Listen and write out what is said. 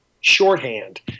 shorthand